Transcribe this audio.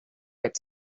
its